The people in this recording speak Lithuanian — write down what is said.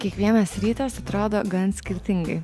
kiekvienas rytas atrodo gan skirtingai